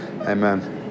amen